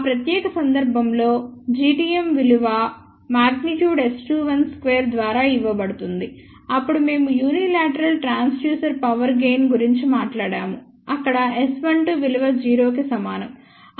ఆ ప్రత్యేక సందర్భంలో Gtm విలువ |S21|2 ద్వారా ఇవ్వబడుతుంది అప్పుడు మేము యూనిలేట్రల్ ట్రాన్స్డ్యూసెర్ పవర్ గెయిన్ గురించి మాట్లాడాము అక్కడ S12 విలువ 0 కి సమానం